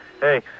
Hey